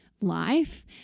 life